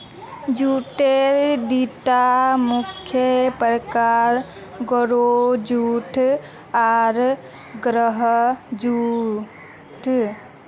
जूटेर दिता मुख्य प्रकार, गोरो जूट आर गहरा जूट